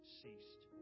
ceased